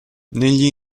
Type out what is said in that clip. negli